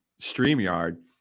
StreamYard